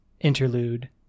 interlude